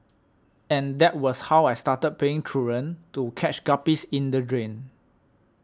and that was how I started playing truant to catch guppies in the drain